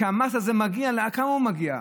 והמס הזה מגיע, לכמה הוא מגיע?